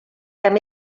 que